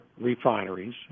refineries